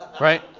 Right